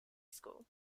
school